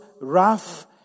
rough